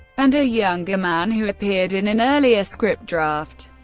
and a younger man who appeared in an earlier script draft.